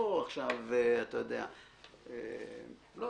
זה